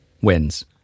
wins